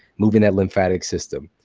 moving that lymphatic system,